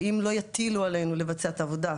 ואם לא יטילו עלינו לבצע את העבודה,